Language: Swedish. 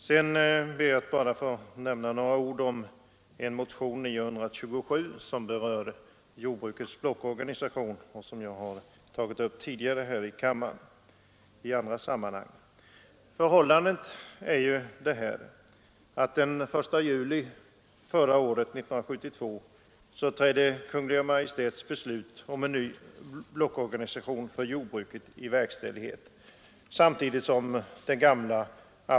Sedan ber jag bara att få nämna några ord om min motion, nr 927, som rör jordbrukets blockorganisation, som jag har tagit upp tidigare här i andra sammanhang.